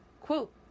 quote